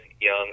Young